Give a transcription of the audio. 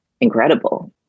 incredible